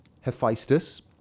Hephaestus